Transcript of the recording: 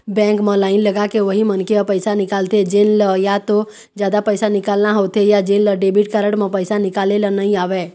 bank म line लगाके उही मनखे ह पइसा निकालथे जेन ल या तो जादा पइसा निकालना होथे या जेन ल डेबिट कारड म पइसा निकाले ल नइ आवय